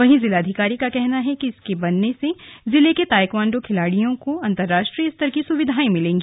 वहीं जिलाधिकारी का कहना है कि इसके बनने से जिले के ताइक्वांडो खिलाड़ियों को अंतरराष्ट्रीय स्तर की सुविधाएं मिलेंगी